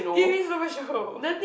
give me so much hope